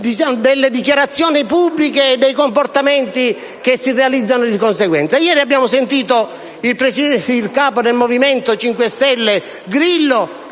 delle dichiarazioni pubbliche e dei comportamenti che si realizzano di conseguenza? Ieri abbiamo ascoltato il capo del Movimento 5 Stelle Grillo